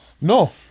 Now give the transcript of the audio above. No